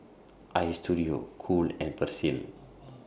Istudio Cool and Persil